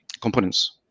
components